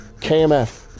KMF